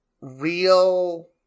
real